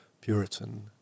Puritan